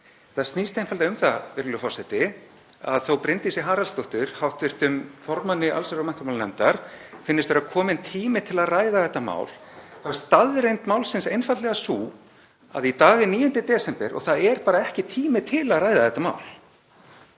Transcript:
Það snýst einfaldlega um það, virðulegur forseti, að þótt Bryndísi Haraldsdóttur, hv. formanni allsherjar- og menntamálanefndar, finnist vera kominn tími til að ræða þetta mál þá er staðreynd málsins einfaldlega sú að í dag er 9. desember og það er bara ekki tími til að ræða þetta mál.